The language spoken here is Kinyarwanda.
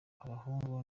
ababahungu